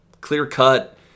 clear-cut